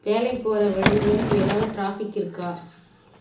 வேலை போகற வழியில ஏதாவது ட்ராஃபிக் இருக்கா